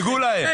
דאגו להם.